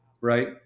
right